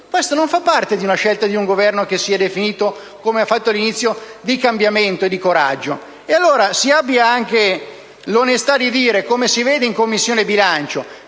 Questo non fa parte della scelta di un Governo che si è definito - come ha fatto all'inizio - di cambiamento e di coraggio. Allora, si abbia anche l'onesta di affermare - come si osserva in 5a Commissione permanente